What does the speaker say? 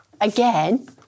again